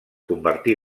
convertí